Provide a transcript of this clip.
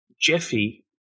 Jeffy